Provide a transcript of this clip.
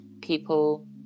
people